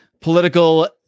political